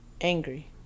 angry